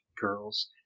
Girls